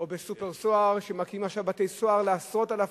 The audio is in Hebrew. או ב"סופר-סוהר" מקימים עכשיו בתי-סוהר לעשרות אלפים.